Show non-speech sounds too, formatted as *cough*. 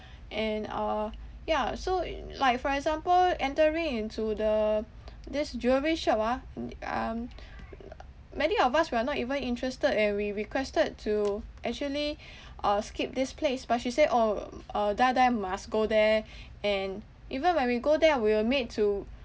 and uh ya so like for example entering into the this jewellery shop ah mm um *noise* many of us we are not even interested and we requested to actually uh skip this place but she said orh uh die die must go there and even when we go there ah we were made to